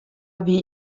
wie